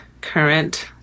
current